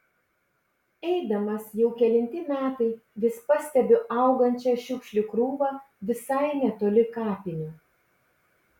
eidamas jau kelinti metai vis pastebiu augančią šiukšlių krūvą visai netoli kapinių